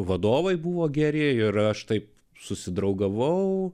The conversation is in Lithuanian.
vadovai buvo geri ir aš taip susidraugavau